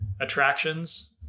attractions